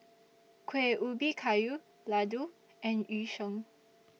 Kueh Ubi Kayu Laddu and Yu Sheng